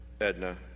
Edna